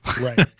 Right